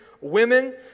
women